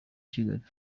kigali